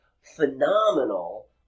phenomenal